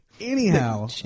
anyhow